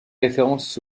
référence